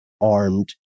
armed